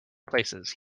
places